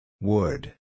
Wood